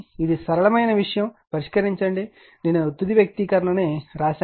ఇది సరళమైన విషయం మాత్రమే పరిష్కరించండి నేను ఈ తుది వ్యక్తీకరణను వ్రాశాను